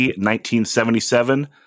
1977